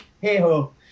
hey-ho